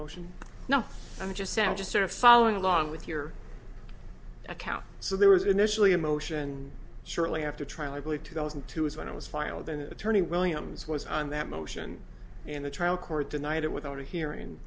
motion now i'm just sad just sort of following along with your account so there was initially a motion shortly after trial i believe two thousand and two is when it was filed an attorney williams was on that motion and the trial court denied it without a hearing and